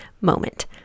moment